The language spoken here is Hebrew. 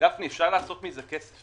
גפני, אפשר לעשות מזה כסף.